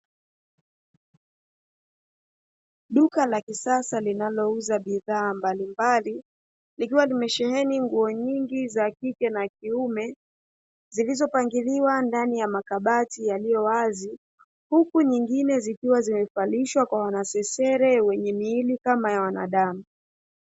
Duka la kisasa linalouza bidhaa mbalimbali likiwa limesheheni nguo nyingi za kike na za kiume. Zilizopangiliwa ndani ya makati yaliyowazi, huku nyingine zikiwa zimevalishwa kwa wanasesere wenye miili kama ya wanadamu.